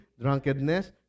drunkenness